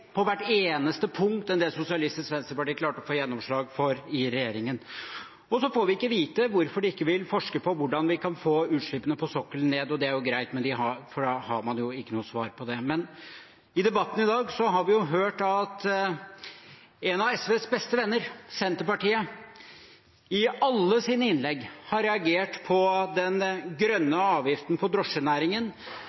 på hvert eneste punkt enn det Sosialistisk Venstreparti klarte å få gjennomslag for i regjering. Så får vi ikke vite hvorfor de ikke vil forske på hvordan vi kan få utslippene på sokkelen ned. Det er jo greit, for da har man ikke noe svar på det. Men i debatten i dag har vi hørt at en av SVs beste venner, Senterpartiet, i alle sine innlegg har reagert på den